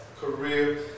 career